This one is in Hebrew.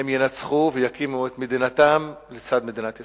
הם ינצחו ויקימו את מדינתם לצד מדינת ישראל.